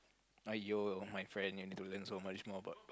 !aiyo! my friend you need to learn so much more about